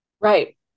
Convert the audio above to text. Right